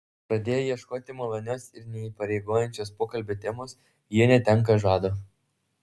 pradėję ieškoti malonios ir neįpareigojančios pokalbio temos jie netenka žado